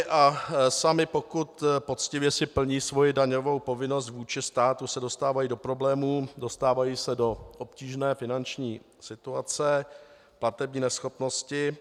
A sami, pokud si poctivě plní svoji daňovou povinnost vůči státu, se dostávají do problémů, dostávají se do obtížné finanční situace, platební neschopnosti.